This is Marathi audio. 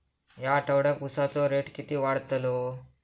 या आठवड्याक उसाचो रेट किती वाढतलो?